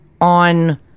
on